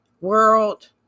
world